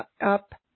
up